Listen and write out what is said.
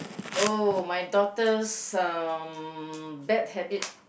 oh my daughter's um bad habit